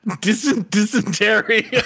Dysentery